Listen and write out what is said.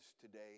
today